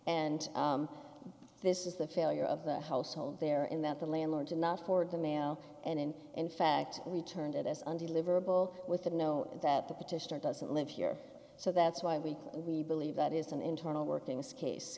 and this is the failure of the household there in that the landlord to not forward the mayo and in fact we turned it as undeliverable with the know that the petitioner doesn't live here so that's why we we believe that is an internal workings case